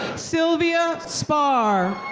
sylvia spar.